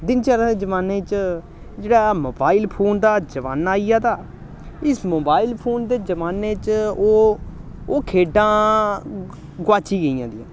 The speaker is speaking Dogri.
दिनचर्या दे जमाने च जेह्ड़ा मोबाइल फोन दा जमान्ना आई आ ता इस मोबाइल फोन दे जमान्ने च ओह् ओह् खेढां गोआची गेदियां